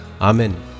Amen